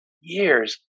years